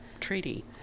treaty